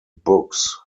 books